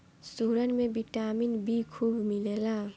सुरन में vitamin B खूब मिलेला